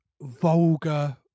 vulgar